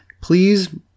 please